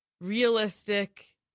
realistic